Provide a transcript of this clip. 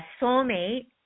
soulmate